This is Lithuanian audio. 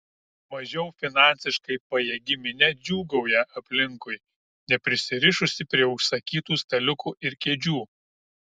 mažiau finansiškai pajėgi minia džiūgauja aplinkui neprisirišusi prie užsakytų staliukų ir kėdžių